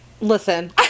Listen